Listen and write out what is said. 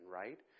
right